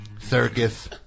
Circus